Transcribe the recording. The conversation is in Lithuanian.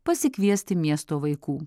pasikviesti miesto vaikų